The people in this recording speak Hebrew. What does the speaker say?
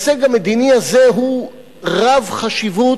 הוא רחב חשיבות,